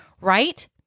right